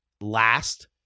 last